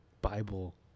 Bible